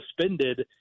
suspended